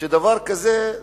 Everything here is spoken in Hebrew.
שדבר כזה,